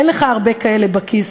אין לך הרבה כאלה בכיס.